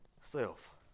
Self